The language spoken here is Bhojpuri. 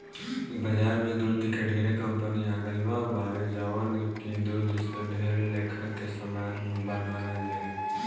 बाजार में दूध के ढेरे कंपनी आ गईल बावे जवन की दूध से ढेर लेखा के सामान बनावेले